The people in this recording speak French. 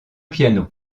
piano